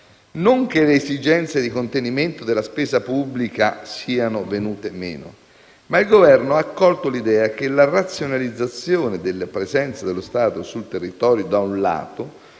Non che le esigenze di contenimento della spesa pubblica siano venute meno, ma il Governo ha accolto l'idea che la razionalizzazione della presenza dello Stato sul territorio debba